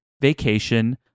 vacation